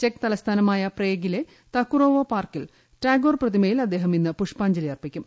check തലസ്ഥാനമായ പ്രേഗിലെ തക്കുറോവ പാർക്കിലെ ടാഗോർ പ്രതിമയിൽ അദ്ദേഹം ഇന്ന് പുഷ്പാഞ്ജലി അർപ്പിക്കും